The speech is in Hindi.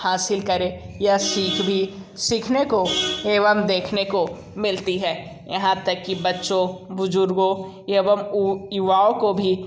हासिल करें यह सीख भी सीखने को एवं देखने को मिलती है यहाँ तक कि बच्चों बुज़ुर्गों एवं उ युवाओं को भी